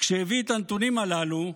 כשהביא את הנתונים הללו,